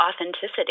authenticity